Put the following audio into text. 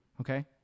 okay